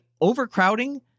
overcrowding